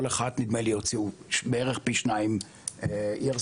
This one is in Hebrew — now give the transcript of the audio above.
כל אחד הוציאה בערך פי שניים ERC,